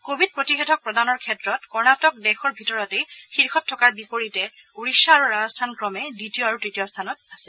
Covid প্ৰতিষেধক প্ৰদানৰ ক্ষেত্ৰত কৰ্ণাটক দেশৰ ভিতৰতেই শীৰ্ষত থকাৰ বিপৰীতে ওড়িশা আৰু ৰাজস্থান ক্ৰমে দ্বিতীয় আৰু তৃতীয় স্থানত আছে